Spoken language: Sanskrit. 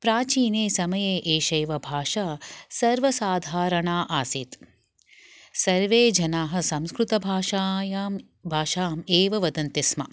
प्राचीने समये एषैव भाषा सर्वसाधारणा आसीत् सर्वे जनाः संस्कृतभाषायां भाषाम् एव वदन्ति स्म